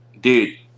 Dude